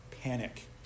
panic